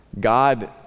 God